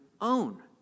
own